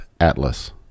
atlas